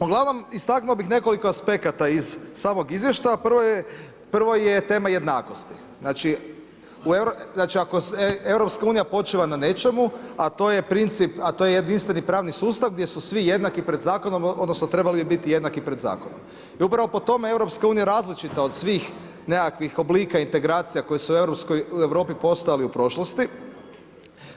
Uglavnom, istaknuo bih nekoliko aspekata iz samog izvještaja, prvo je tema jednakosti, znači ako se EU počiva na nečemu, a to je jedinstveni pravni sustav gdje su svi jednaki pred zakonom, odnosno trebali bi biti jednaki pred zakonom i upravo po tom je EU različita od svih nekakvih oblika integracija koji su u Europi postojali u prošlosti,